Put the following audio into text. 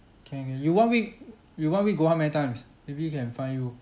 can can you one week uh you one week go how many times maybe can find you